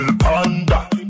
panda